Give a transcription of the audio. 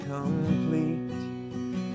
complete